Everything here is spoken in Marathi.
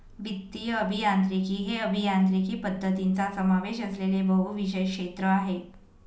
वित्तीय अभियांत्रिकी हे अभियांत्रिकी पद्धतींचा समावेश असलेले बहुविषय क्षेत्र आहे